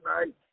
tonight